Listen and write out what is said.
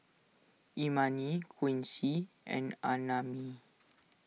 Imani Quincy and Annamae